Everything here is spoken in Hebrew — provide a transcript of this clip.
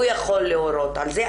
הוא יכול להורות על זה,